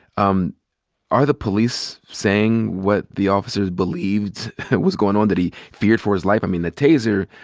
um are the police saying what the officer believed was going on, that he feared for his life? i mean, the taser,